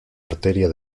arteria